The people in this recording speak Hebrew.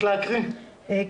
הקראנו,